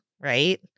right